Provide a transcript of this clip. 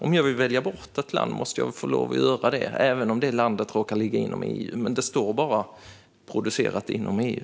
Om jag vill välja bort ett land måste jag väl få göra det, även om landet råkar ligga inom EU. Men det står bara att det är producerat inom EU.